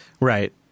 Right